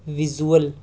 visual